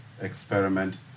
experiment